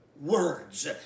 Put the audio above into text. words